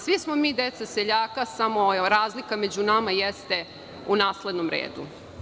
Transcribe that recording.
Svi smo mi deca seljaka, samo razlika među nama jeste u naslednom redu.